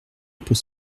pour